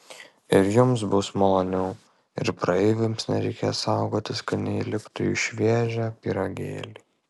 ir jums bus maloniau ir praeiviams nereikės saugotis kad neįliptų į šviežią pyragėlį